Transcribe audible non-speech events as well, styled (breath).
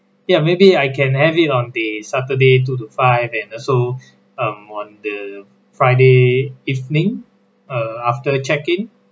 ya maybe I can have it on the saturday two to five and also (breath) um on the friday evening uh after check in